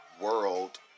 World